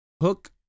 Hook